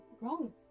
wrong